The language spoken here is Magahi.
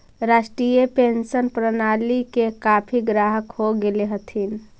राष्ट्रीय पेंशन प्रणाली के काफी ग्राहक हो गेले हथिन